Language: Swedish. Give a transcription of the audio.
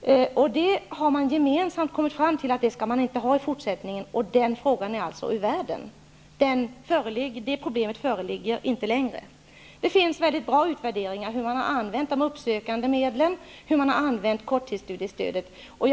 Men där har man gemensamt kommit fram till att den utbildningen inte skall hållas i fortsättningen. Den frågan är alltså ur världen, och det problemet föreligger alltså inte längre. Det finns bra utvärderingar på hur medlen för uppsökande verksamhet har använts och hur korttidsstudiestödet har använts.